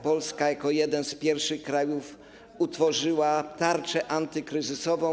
Polska jako jeden z pierwszych krajów utworzyła tarczę antykryzysową.